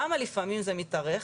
למה לפעמים זה מתארך,